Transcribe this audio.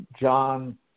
John